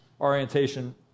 orientation